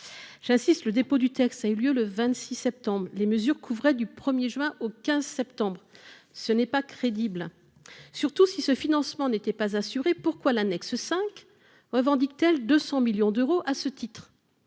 J'insiste, le dépôt du texte a eu lieu le 26 septembre, tandis que les mesures couvraient la période du 1 juin au 15 septembre. Ce n'est pas crédible. Surtout, si ce financement n'était pas assuré, pourquoi l'annexe 5 revendique-t-elle 200 millions d'euros à ce titre ?